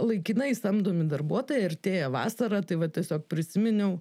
laikinai samdomi darbuotojai artėja vasara tai va tiesiog prisiminiau